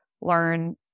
learn